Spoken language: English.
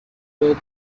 work